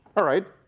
all right.